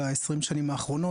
בעשרים שנים האחרונות,